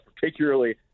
particularly